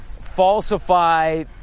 falsify